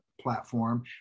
platform